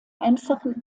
einfachen